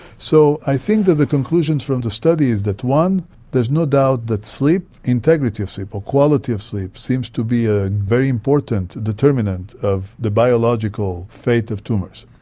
so i think that the conclusions from the study is that there is no doubt that sleep, integrity of sleep or quality of sleep seems to be a very important determinant of the biological fate of tumours.